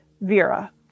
Vera